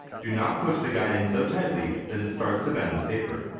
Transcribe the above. do not push the guide in so tightly that it starts to bend the paper.